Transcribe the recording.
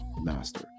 Master